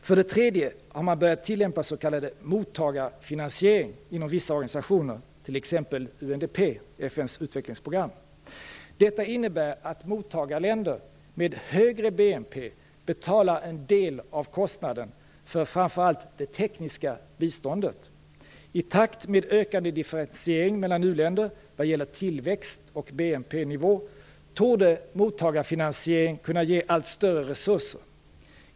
För det tredje har man börjat tillämpa s.k. mottagarfinansiering inom vissa organisationer, t.ex. inom UNDP - FN:s utvecklingsprogram. Detta innebär att mottagarländer med högre BNP betalar en del av kostnaden för framför allt det tekniska biståndet. I takt med ökande differentiering mellan u-länder vad gäller tillväxt och BNP-nivå torde mottagarfinansiering kunna ge allt större resurser.